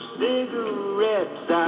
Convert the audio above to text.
cigarettes